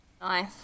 Nice